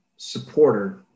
supporter